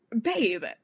Babe